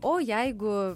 o jeigu